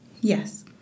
Yes